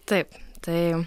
taip tai